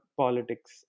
politics